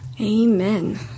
Amen